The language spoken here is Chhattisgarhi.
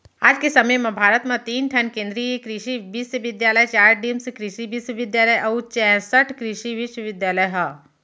आज के समे म भारत म तीन ठन केन्द्रीय कृसि बिस्वबिद्यालय, चार डीम्ड कृसि बिस्वबिद्यालय अउ चैंसठ कृसि विस्वविद्यालय ह